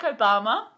Obama